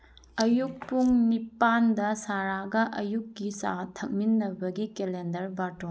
ꯑꯌꯨꯛ ꯄꯨꯡ ꯅꯤꯄꯥꯟꯗ ꯁꯥꯔꯒ ꯑꯌꯨꯛꯀꯤ ꯆꯥ ꯊꯛꯃꯤꯟꯅꯕꯒꯤ ꯀꯦꯂꯦꯟꯗꯔ ꯕꯥꯔꯇꯣꯟ